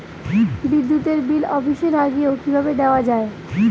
বিদ্যুতের বিল অফিসে না গিয়েও কিভাবে দেওয়া য়ায়?